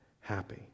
happy